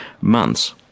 months